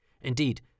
Indeed